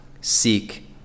seek